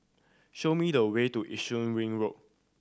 show me the way to Yishun Ring Road